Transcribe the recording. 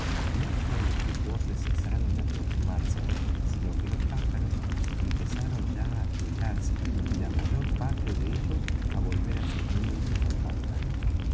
no sólo sus voces cesaron de aproximarse sino que los pájaros empezaron ya á aquietarse y la mayor parte de ellos á volver á sus nidos en el pantano